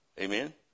Amen